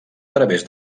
través